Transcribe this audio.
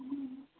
ਹੂੰ